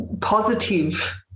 positive